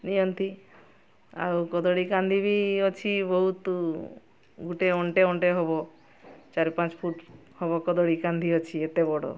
ନିଅନ୍ତି ଆଉ କଦଳୀ କାନ୍ଧି ବି ଅଛି ବହୁତ ଗୋଟେ ଅଣ୍ଟେ ଅଣ୍ଟେ ହେବ ଚାରି ପାଞ୍ଚ ଫୁଟ୍ ହେବ କଦଳୀ କାନ୍ଧି ଅଛି ଏତେ ବଡ଼